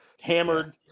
hammered